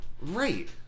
Right